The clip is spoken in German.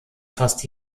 fast